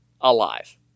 alive